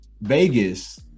Vegas